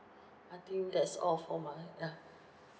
I think that's all for my ah